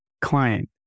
client